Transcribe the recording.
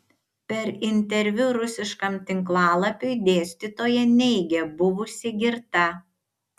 per interviu rusiškam tinklalapiui dėstytoja neigė buvusi girta